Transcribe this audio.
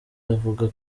avuga